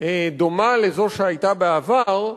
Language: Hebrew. דומה לזו שהיתה בעבר,